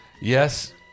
Yes